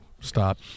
Stop